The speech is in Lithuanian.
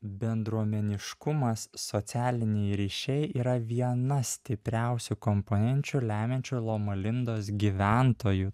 bendruomeniškumas socialiniai ryšiai yra viena stipriausių komponenčių lemiančių loma lindos gyventojų